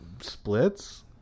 splits